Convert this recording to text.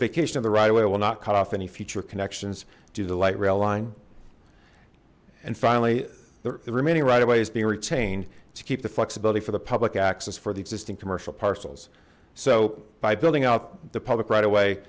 vacation of the right way will not cut off any future connections to the light rail line and finally the remaining right away is being retained to keep the flexibility for the public access for the existing commercial parcels so by building out the public right away